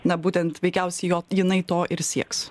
na būtent veikiausiai jo jinai to ir sieks